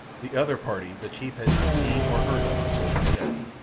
the other party the chief had not seen or heard of, so he said.